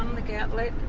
um liquor outlet,